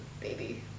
baby